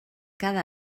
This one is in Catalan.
cada